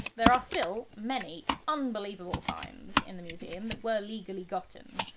there are still many unbelievable finds in the museum that were legally gotten.